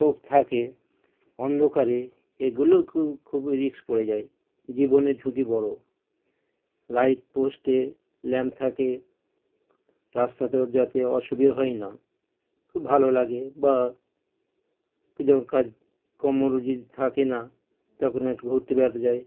খোপ থাকে অন্ধকারে এগুলোকেও খুব রিস্ক পড়ে যায় জীবনের ঝুঁকি বড় লাইট পোস্টে ল্যাম্প থাকে রাস্তাতেও যাতে অসুবিধা হয় না খুব ভালো লাগে বা কেউ যখন কাজকর্ম রুজি থাকে না তখন একটু ঘুরতে বেড়াতে যায়